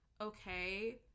okay